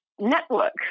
network